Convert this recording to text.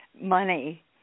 money